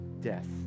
death